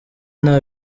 nta